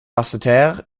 basseterre